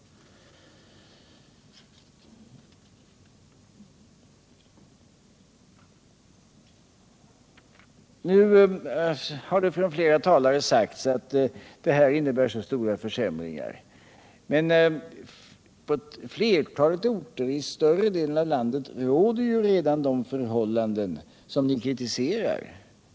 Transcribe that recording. Flera talare har sagt att detta innebär så stora försämringar, men på flertalet orter i större delen av landet råder redan de förhållanden som ni kritiserar.